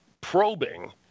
probing